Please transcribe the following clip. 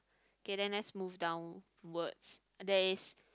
okay then let's move downwards there is